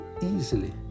easily